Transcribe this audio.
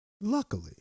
Luckily